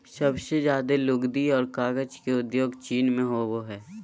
सबसे ज्यादे लुगदी आर कागज के उद्योग चीन मे होवो हय